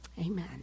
Amen